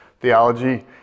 theology